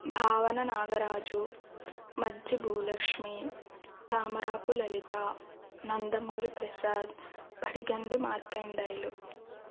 భావన నాగరాజు మజ్జి భూలక్ష్మి తామరాపు లలిత నందమూరి ప్రసాద్ పడిగండి మార్కండయులు